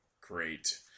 great